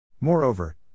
Moreover